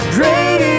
Great